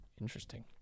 interesting